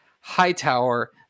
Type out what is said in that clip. Hightower